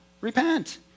Repent